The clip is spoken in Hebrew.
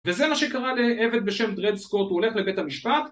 וזה מה שקרה לעבד בשם דרד סקוט, הוא הולך לבית המשפט